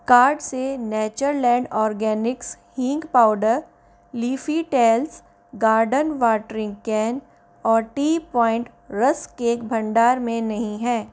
cart से Natureland organic hing powder leafy tales garden watering can और tea point rusk cake भंडार में नहीं हैं